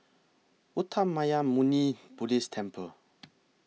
Uttamayanmuni Buddhist Temple